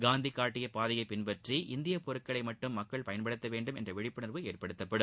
காந்தி காட்டிய பாதையை பின்பற்றி இந்திய பொருட்களை மட்டும் மக்கள் பயன்படுத்த வேண்டும் என்ற விழிப்புணர்வு ஏற்படுத்தப்படும்